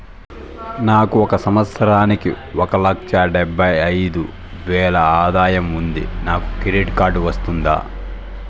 నాకు ఒక సంవత్సరానికి ఒక లక్ష డెబ్బై అయిదు వేలు ఆదాయం ఉంది నాకు క్రెడిట్ కార్డు వస్తుందా?